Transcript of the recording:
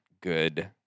good